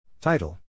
Title